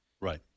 Right